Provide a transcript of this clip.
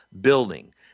building